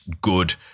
good